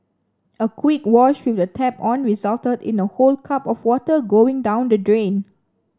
a quick wash with the tap on resulted in a whole cup of water going down the drain